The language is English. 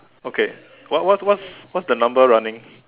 okay what what what's what's the number running